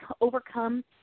overcome